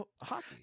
hockey